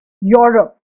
Europe